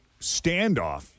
standoff